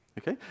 okay